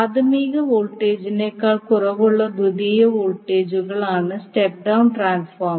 പ്രാഥമിക വോൾട്ടേജിനേക്കാൾ കുറവുള്ള ദ്വിതീയ വോൾട്ടേജുകളാണ് സ്റ്റെപ്പ് ഡൌൺ ട്രാൻസ്ഫോർമർ